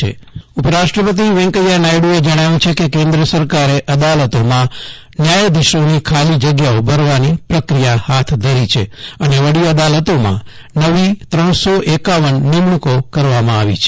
જયદિપ વૈશ્ણવ ન્યાધાશાન ઉપરાષ્ટ્રપતિ વેકૈયા નાયડુએ જણાવ્યું છે કે કેન્દ્ર સરકારે અદાલતોમાં ન્યાયાધીશોની ખાલી જગ્યાઓ ભરવાની પ્રક્રિયા હાથે ધરી છે કે અને વડી અદાલતોમાં નવી ત્રણસો એકાવન નિમણૂંકો કરવામાં આવી છે